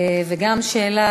וגם היא לשר האוצר.